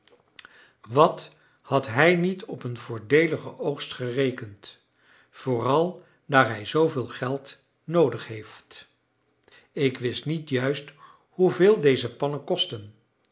wat had hij niet op een voordeeligen oogst gerekend vooral daar hij zooveel geld noodig heeft ik wist niet juist hoeveel deze pannen kostten